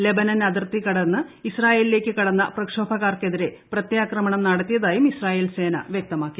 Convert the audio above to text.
Lebanon അതിർത്തി കടന്ന് ഇസ്രായേലിലേക്ക് കടന്ന പ്രക്ഷോഭക്കാർക്കെതിരെ പ്രത്യാക്രമണം നടത്തിയതായും ഇസ്രായേൽ സേന വ്യക്തമാക്കി